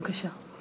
בבקשה.